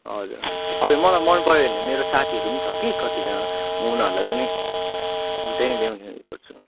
हजुर हजुर मलाई मन पर्यो भने मेरो साथीहरू पनि छ कि कतिजना म उनीहरूलाई पनि त्यही ल्याउने गर्छु